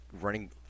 running